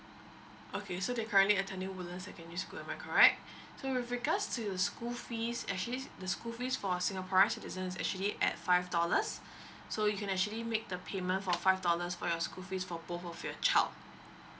okay so they are currently attending woodlands secondary school am I correct so with regards to the school fees actually the school fees for singaporean citizens is actually at five dollars so you can actually make the payment for five dollars for your school fees for both of your child